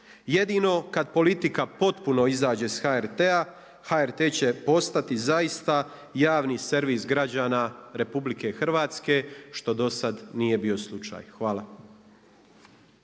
Jedino kada politika potpuno izađe iz HRT-a, HRT će postati zaista javni servis građana RH što do sada nije bio slučaj. Hvala.